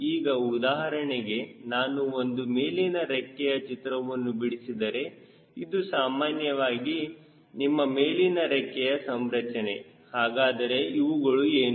ಈಗ ಉದಾಹರಣೆಗೆ ನಾನು ಒಂದು ಮೇಲಿನ ರೆಕ್ಕೆಯ ಚಿತ್ರವನ್ನು ಬಿಡಿಸಿದರೆ ಇದು ಸಾಮಾನ್ಯವಾಗಿ ನಿಮ್ಮ ಮೇಲಿನ ರೆಕ್ಕೆಯ ಸಂರಚನೆ ಹಾಗಾದರೆ ಇವುಗಳು ಏನು